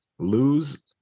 lose